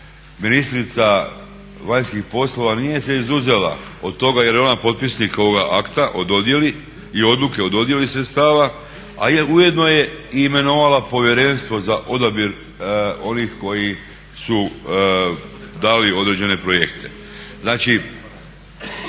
ministrica vanjskih poslova nije se izuzela od toga jer je ona potpisnik ovoga akta o dodjeli i odluke o dodjeli sredstava, a ujedno je i imenovala Povjerenstvo za odabir onih koji su dali određene projekte. Znači,